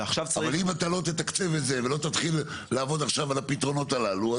אבל אם אתה לא תתקצב את זה ולא תתחיל לעבוד עכשיו על הפתרונות הללו,